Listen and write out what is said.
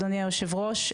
אדוני היושב-ראש,